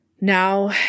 Now